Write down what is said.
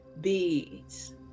beads